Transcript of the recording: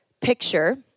picture